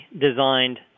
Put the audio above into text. designed